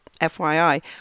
FYI